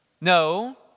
No